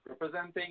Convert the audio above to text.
representing